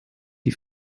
die